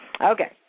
Okay